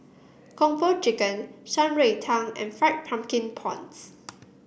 Kung Po Chicken Shan Rui Tang and Fried Pumpkin Prawns